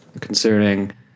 Concerning